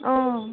অঁ